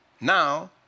now